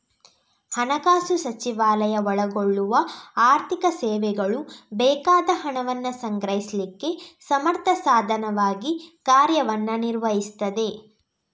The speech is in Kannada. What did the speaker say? ಹಣಕಾಸು ಸಚಿವಾಲಯ ಒಳಗೊಳ್ಳುವ ಆರ್ಥಿಕ ಸೇವೆಗಳು ಬೇಕಾದ ಹಣವನ್ನ ಸಂಗ್ರಹಿಸ್ಲಿಕ್ಕೆ ಸಮರ್ಥ ಸಾಧನವಾಗಿ ಕಾರ್ಯವನ್ನ ನಿರ್ವಹಿಸ್ತದೆ